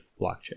blockchain